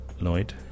Lloyd